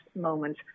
moment